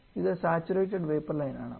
ഇത് saturated vapour line ആണ്